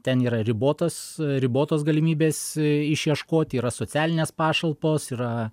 ten yra ribotas ribotos galimybės išieškoti yra socialinės pašalpos yra